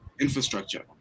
infrastructure